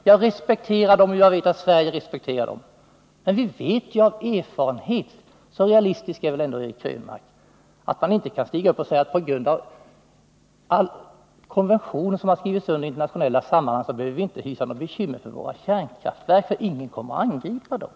Jag respekterar dem, och jag vet att Sverige respekterar dem. Men vi vet av erfarenhet — så realistisk är väl ändå Eric Krönmark — att man inte kan säga att vi på grund av internationella konventioner inte behöver hysa några bekymmer för våra kärnkraftverk, för ingen kommer att angripa dem.